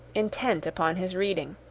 intent upon his reading.